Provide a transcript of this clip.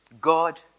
God